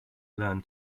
learn